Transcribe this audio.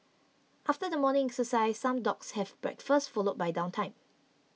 after the morning exercise some dogs have breakfast followed by downtime